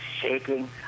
shaking